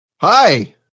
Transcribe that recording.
Hi